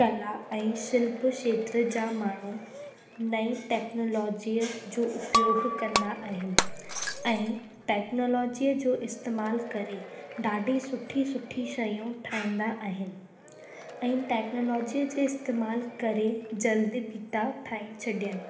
कला ऐं शिल्प खेत्र जा माण्हू नई टैक्नोलॉजीअ जो उपयोग कंदा आहिनि ऐं टैक्नोलॉजीअ जो इस्तेमाल करे ॾाढी सुठी सुठी शयूं ठाईंदा आहिनि ऐं टैक्नोलॉजीअ जे इस्तेमाल करे जल्द बि था ठाहे छॾनि